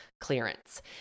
clearance